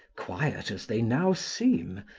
quiet as they now seem,